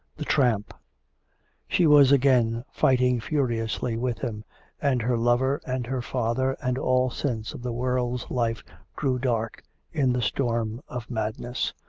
the tramp she was again fighting furiously with him and her lover and her father and all sense of the world's life grew dark in the storm of madness.